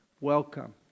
Welcome